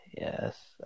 Yes